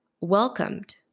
welcomed